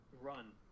run